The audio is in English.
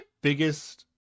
biggest